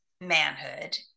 manhood